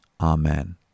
Amen